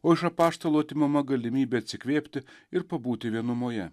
o iš apaštalų atimama galimybė atsikvėpti ir pabūti vienumoje